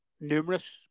Numerous